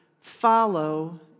follow